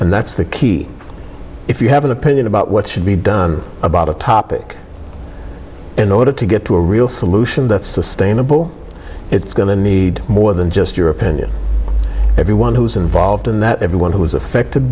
and that's the key if you have an opinion about what should be done about a topic in order to get to a real solution that's sustainable it's going to need more than just your opinion everyone who's involved in that everyone who was affected